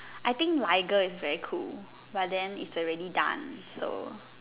I think lager is very cool but then is already done so